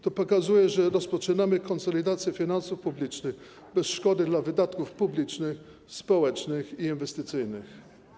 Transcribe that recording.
To pokazuje, że rozpoczynamy konsolidację finansów publicznych bez szkody dla wydatków publicznych, społecznych i inwestycyjnych.